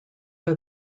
are